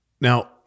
now